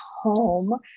home